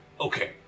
Okay